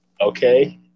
Okay